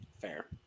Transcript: Fair